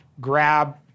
grab